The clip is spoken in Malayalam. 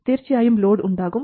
തീർച്ചയായും ലോഡ് ഉണ്ടാകും